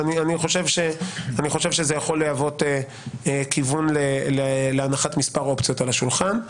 אני חושב שזה יכול להוות כיוון להנחת מספר אופציות על השולחן.